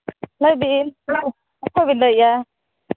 ᱞᱟᱹᱭ ᱵᱤᱱ ᱚᱠᱚᱭ ᱵᱤᱱ ᱞᱟᱹᱭᱮᱫᱼᱟ